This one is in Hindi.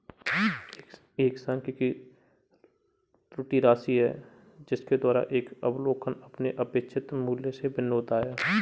एक सांख्यिकी त्रुटि राशि है जिसके द्वारा एक अवलोकन अपने अपेक्षित मूल्य से भिन्न होता है